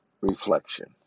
reflection